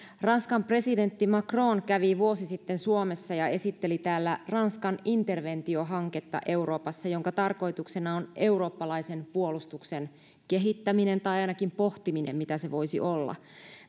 ranskan presidentti macron kävi vuosi sitten suomessa ja esitteli täällä ranskan interventiohanketta euroopassa jonka tarkoituksena on eurooppalaisen puolustuksen kehittäminen tai ainakin sen pohtiminen mitä se voisi olla